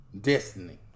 destiny